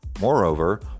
Moreover